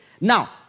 Now